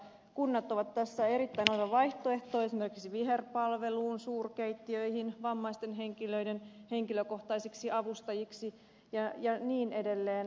kunnat ovat tässä erittäin oiva vaihtoehto esimerkiksi viherpalveluun suurkeittiöihin vammaisten henkilöiden henkilökohtaisiksi avustajiksi ja niin edelleen